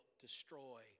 destroy